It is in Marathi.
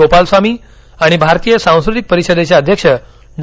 गोपाल स्वामी आणि भारतीय सांस्कृतिक परिषदेचे अध्यक्ष डॉ